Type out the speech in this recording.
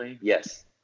Yes